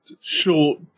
short